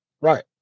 Right